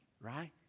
right